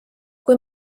kui